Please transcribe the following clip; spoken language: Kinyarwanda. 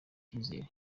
icyizere